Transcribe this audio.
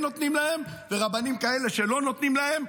נותנים להם ורבנים כאלה שלא נותנים להם.